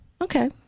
Okay